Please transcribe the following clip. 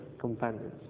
companions